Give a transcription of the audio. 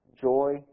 joy